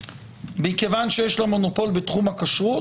מכיוון שיש לה מונופול בתחום הכשרות,